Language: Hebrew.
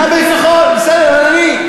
נכון, בסדר, אדוני.